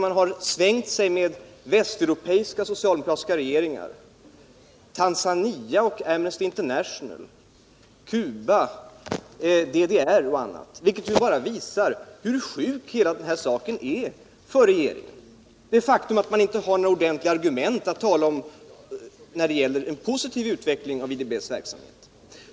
Man har svängt sig med att hänvisa till västeuropeiska socialdemokratiska regeringar. Tanzania och Amnesty International, Cuba, DDR och andra. vilket bara visar hur sjuk hela denna sak är för regeringen. Faktum är att man inte har några ordentliga argument i fråga om en positiv utveckling av IDB:s verksamhet.